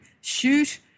shoot